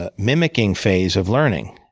ah mimicking phase of learning.